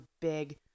big